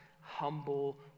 humble